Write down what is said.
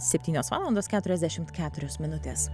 septynios valandos keturiasdešimt keturios minutės